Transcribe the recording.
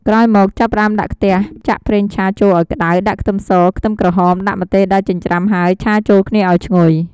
ក្រោយមកចាប់ផ្តើមដាក់ខ្ទះចាក់ប្រេងឆាចូលឱ្យក្ដៅ ដាក់ខ្ទឹមស ខ្ទឹមក្រហម ដាក់ម្ទេសដែលចិញ្រ្ចាំហើយឆាចូលគ្នាឱ្យឈ្ងុយ។